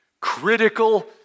Critical